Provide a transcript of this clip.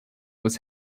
was